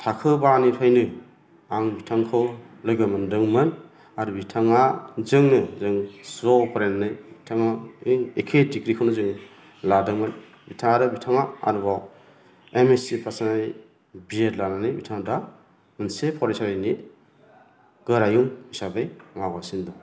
थाखो बानिफ्रायनो आं बिथांखौ लोगो मोनदोंमोन आरो बिथाङा जोंनो जों ज' फरायनानै बिथाङा बे एखे डिग्रिखौनो जों लादोंमोन बिथाङा आरो बिथाङा आरोबाव एमएसि पास जानानै बिएड लानानै बिथाङा दा मोनसे फरायसालिनि गोरायुं हिसाबै मावगासिनो दं